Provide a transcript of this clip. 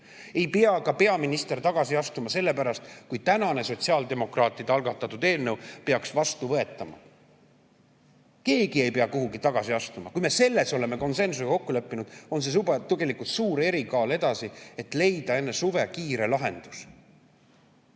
Ei pea peaminister tagasi astuma ka selle pärast, kui tänane sotsiaaldemokraatide algatatud eelnõu peaks vastu võetama. Keegi ei pea kuhugi tagasi astuma. Kui me selles oleme konsensusega kokku leppinud, siis on see tegelikult juba suur erikaal edasi, et leida enne suve kiire lahendus.